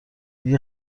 اگه